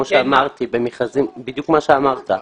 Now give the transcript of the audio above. זה בדיוק מה שאמרת.